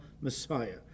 Messiah